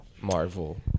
Marvel